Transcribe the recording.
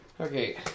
Okay